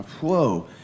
Whoa